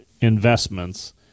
investments